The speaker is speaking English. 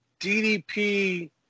DDP